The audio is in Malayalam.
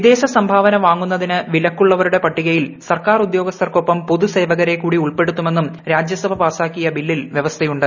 വിദേശസംഭാവന വാങ്ങുന്നതിന് വിലക്കുള്ളവരുടെ സർക്കാർ ഉദ്യോഗസ്ഥർക്കൊപ്പം പട്ടികയിൽ പൊതുസേവകരെക്കൂടി ഉൾപ്പെടുത്തുമെന്നും രാജ്യസഭ പാസാക്കിയ ബില്ലിൽ വ്യവസ്ഥയുണ്ട്